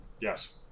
Yes